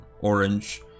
orange